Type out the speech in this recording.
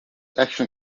action